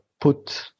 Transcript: put